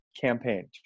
campaign